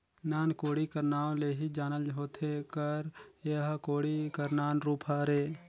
नान कोड़ी कर नाव ले ही जानल होथे कर एह कोड़ी कर नान रूप हरे